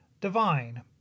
divine